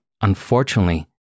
Unfortunately